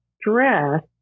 stress